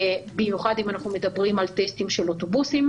במיוחד אם אנחנו מדברים על טסטים של אוטובוסים,